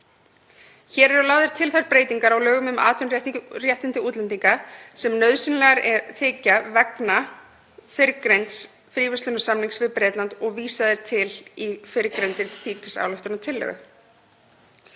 Hér eru lagðar til þær breytingar á lögum um atvinnuréttindi útlendinga sem nauðsynlegar þykja vegna framangreinds fríverslunarsamnings við Bretland og vísað er til í fyrrgreindri þingsályktunartillögu.